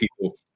people